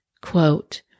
quote